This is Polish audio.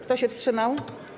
Kto się wstrzymał?